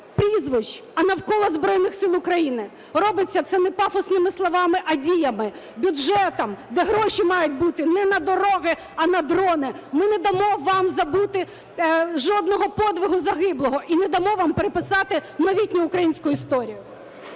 прізвищ, а навколо Збройних Сил України. Робиться це не пафосними словами, а діями, бюджетом, де гроші мають бути не на дороги, а на дрони. Ми не дамо вам забути жодного подвигу загиблого і не дамо вам переписати новітню українську історію.